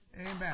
Amen